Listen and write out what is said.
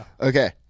Okay